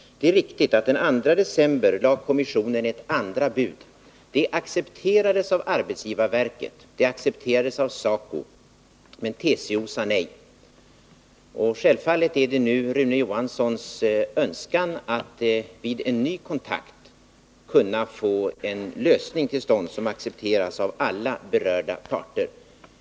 Det är riktigt att kommissionen den 2 december lade fram ett andra bud. Detta accepterades av arbetsgivarverket liksom också av SACO, men TCO sade nej. Självfallet är det Rune Johanssons önskan att vid en ny kontakt kunna få en lösning till stånd som accepteras av alla berörda parter.